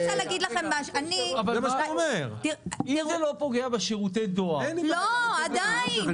אם זה לא פוגע בשירותי הדואר --- עדיין,